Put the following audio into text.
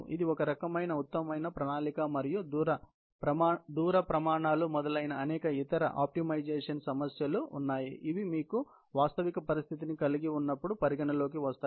ఇది ఒక రకమైన ఉత్తమమైన ప్రణాళిక మరియు దూర ప్రమాణాలు మొదలైన అనేక ఇతర ఆప్టిమైజేషన్ సమస్యలు ఉన్నాయి ఇవి మీకు వాస్తవిక పరిస్థితిని కలిగి ఉన్నప్పుడు పరిగణలోకి వస్తాయి